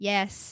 Yes